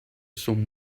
some